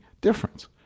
difference